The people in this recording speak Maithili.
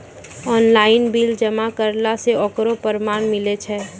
ऑनलाइन बिल जमा करला से ओकरौ परमान मिलै छै?